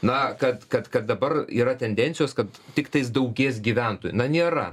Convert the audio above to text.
na kad kad kad dabar yra tendencijos kad tiktais daugės gyventojų na nėra